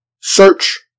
search